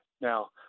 Now